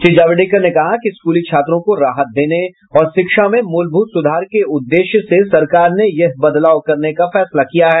श्री जावडेकर ने कहा कि स्कूली छात्रों को राहत देने और शिक्षा में मूलभूत सुधार के उद्देश्य से सरकार ने यह बदलाव करने का फैसला किया है